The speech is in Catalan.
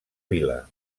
vila